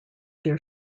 their